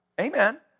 Amen